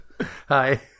Hi